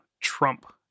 trump